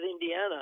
Indiana